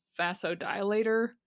vasodilator